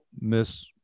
miss